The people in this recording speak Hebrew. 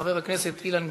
של חבר הכנסת אילן גילאון.